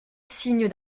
signe